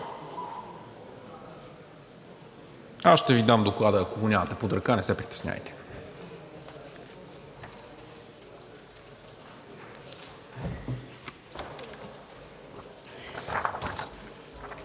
Аз ще Ви дам Доклада, ако го нямате под ръка, не се притеснявайте.